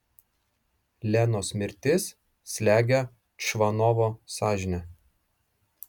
lenos mirtis slegia čvanovo sąžinę